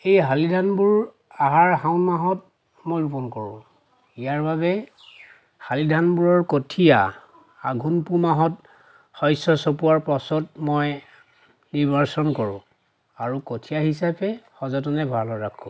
এই শালি ধানবোৰ আহাৰ শাওণ মাহত মই ৰোপণ কৰোঁ ইয়াৰ বাবে শালি ধানবোৰৰ কঠিয়া আঘোণ পুহ মাহত শস্য চপোৱাৰ পাছত মই পিভাৰ্ছন কৰোঁ আৰু কঠিয়া হিচাপে সযতনে ভঁৰালত ৰাখোঁ